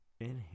Inhale